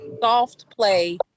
soft-play